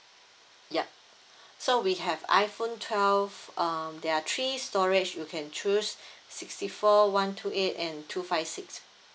yup so we have iPhone twelve um there are three storage you can choose sixty four one two eight and two five six